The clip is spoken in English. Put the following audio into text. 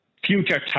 future